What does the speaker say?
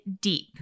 deep